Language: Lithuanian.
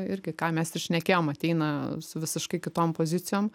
irgi ką mes ir šnekėjom ateina su visiškai kitom pozicijom